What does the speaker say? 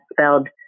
spelled